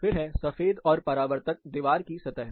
फिर हैं सफेद और परावर्तक दीवार की सतह